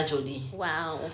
!wow!